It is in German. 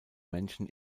männchen